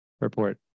Report